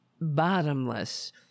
bottomless